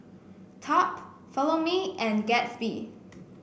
Top Follow Me and Gatsby